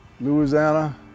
Louisiana